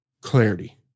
clarity